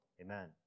Amen